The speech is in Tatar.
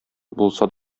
булса